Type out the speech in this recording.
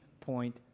point